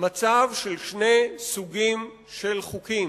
מצב של שני סוגים של חוקים.